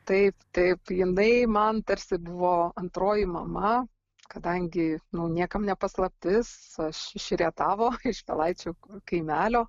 taip taip jinai man tarsi buvo antroji mama kadangi nu niekam ne paslaptis aš iš rietavo iš pelaičių kaimelio